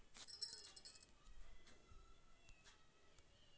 आलु बाला खेत मे गोबर बाला खाद केतना देबै एक एकड़ खेत में?